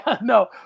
no